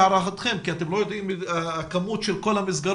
להערכתכם - כי אתם לא יודעים את כמות כל המסגרות